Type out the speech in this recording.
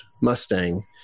Mustang